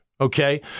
Okay